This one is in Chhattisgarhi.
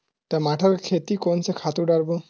टमाटर के खेती कोन से खातु डारबो?